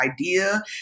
idea